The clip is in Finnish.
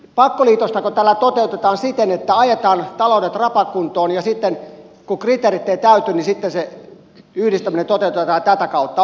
pakkoliitostako tällä toteutetaan siten että ajetaan taloudet rapakuntoon ja kun kriteerit eivät täyty niin sitten se yhdistäminen toteutetaan tätä kautta